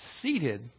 seated